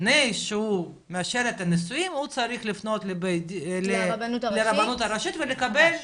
לפני שהוא מאשר את הנישואים הוא צריך לפנות לרבנות הראשית ולקבל,